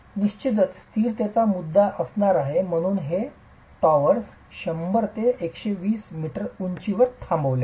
निश्चितच स्थिरतेचा मुद्दा असणार आहे आणि म्हणूनच हे टॉवर्स 100 120 मीटर उंचीवर थांबले आहेत